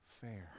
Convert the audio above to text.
fair